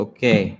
Okay